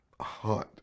hunt